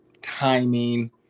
timing